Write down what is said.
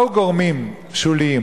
באו גורמים שוליים,